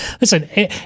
listen